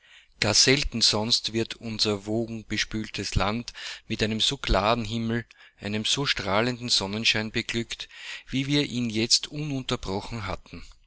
gar selten sonst wird unser wogenbespültes land mit einem so klaren himmel einem so strahlenden sonnenschein beglückt wie wir ihn jetzt ununterbrochen hatten